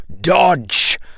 dodge